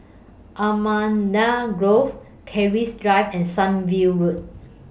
Allamanda Grove Keris Drive and Sunview Road